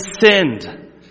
sinned